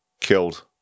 killed